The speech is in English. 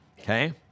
okay